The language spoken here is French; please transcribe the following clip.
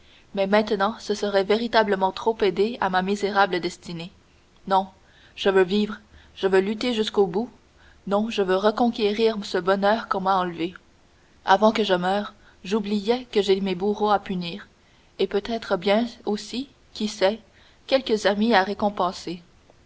mais maintenant ce serait véritablement trop aider à ma misérable destinée non je veux vivre je veux lutter jusqu'au bout non je veux reconquérir ce bonheur qu'on m'a enlevé avant que je meure j'oubliais que j'ai mes bourreaux à punir et peut-être bien aussi qui sait quelques amis à récompenser